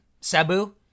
Sabu